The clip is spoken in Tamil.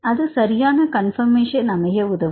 அது சரியான கன்பர்மேஷன் அமைய உதவும்